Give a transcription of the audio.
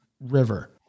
River